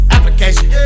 Application